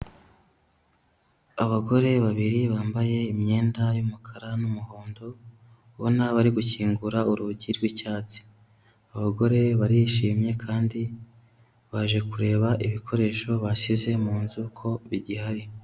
Abagore babiri bambaye imyenda y'umukara n'umuhondo, ubona bari gukingura urugi rw'icyatsi. Abagore barishimye kandi baje kureba ibikoresho basize mu nzu ko bigihari.